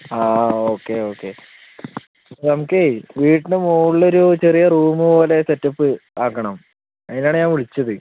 ആ okay okay നമുക്കേ വീട്ടിന് മുകളിലൊരു ചെറിയ റൂമ് പോലെ സെറ്റപ്പ് ആക്കണം അതിനു ആണ് ഞാൻ വിളിച്ചത്